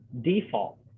default